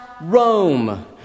Rome